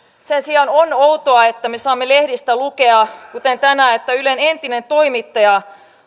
sen sijaan on outoa että me saamme lehdistä lukea kuten tänään että ylen entinen toimittaja